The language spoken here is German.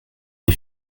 die